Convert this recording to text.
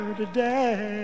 today